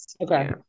Okay